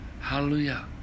Hallelujah